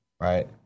Right